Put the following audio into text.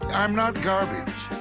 i'm not garbage.